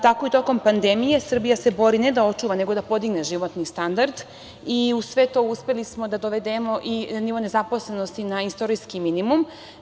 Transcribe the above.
Tako i tokom pandemije Srbija se bori ne da očuva, nego da podigne životni standard i uz sve to uspeli smo da dovedemo i nivo nezaposlenosti na istorijski minimum.